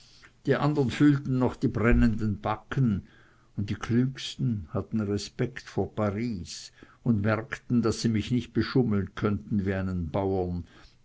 die andern fühlten noch die brennenden backen und die klügsten hatten respekt vor paris und merkten daß sie mich nicht beschummeln könnten wie einen bauern